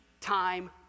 time